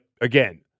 again